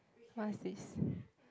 what's this